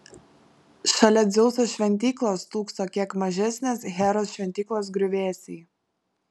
šalia dzeuso šventyklos stūkso kiek mažesnės heros šventyklos griuvėsiai